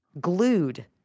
glued